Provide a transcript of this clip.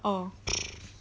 orh